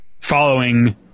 following